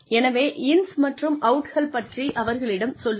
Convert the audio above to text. எனவே இன்ஸ் மற்றும் அவுட்கள் பற்றி அவர்களிடம் சொல்லுங்கள்